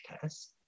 test